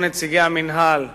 ונציגי המינהל יצטרכו,